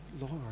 Lord